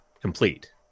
complete